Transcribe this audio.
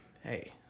hey